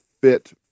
fit